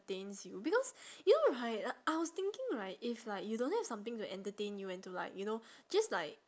~tains you because you know right uh I was thinking right if like you don't have something to entertain you and to like you know just like